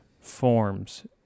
forms